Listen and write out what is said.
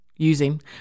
using